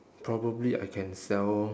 probably I can sell